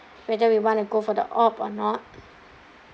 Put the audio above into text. whether we want to go for the op or not